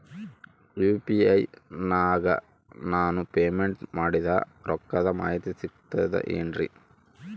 UPI ನಾಗ ನಾನು payment ಮಾಡಿದ ರೊಕ್ಕದ ಮಾಹಿತಿ ಸಿಕ್ತದೆ ಏನ್ರಿ?